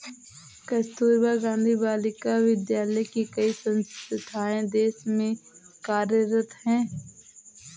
कस्तूरबा गाँधी बालिका विद्यालय की कई संस्थाएं देश में कार्यरत हैं